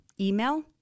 email